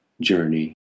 journey